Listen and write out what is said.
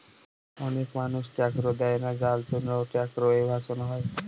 অনেক মানুষ ট্যাক্স দেয়না যার জন্যে ট্যাক্স এভাসন হয়